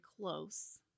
close